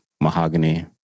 mahogany